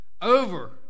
over